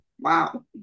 Wow